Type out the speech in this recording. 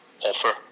offer